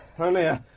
hello?